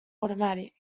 automatic